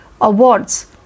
awards